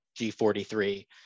G43